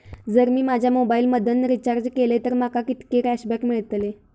जर मी माझ्या मोबाईल मधन रिचार्ज केलय तर माका कितके कॅशबॅक मेळतले?